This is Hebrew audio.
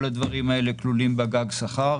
כל הדברים האלה כלולים בגג שכר.